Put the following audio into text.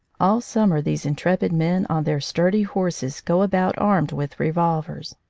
all summer these intrepid men on their sturdy horses go about armed with revolvers.